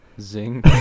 Zing